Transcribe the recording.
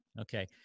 Okay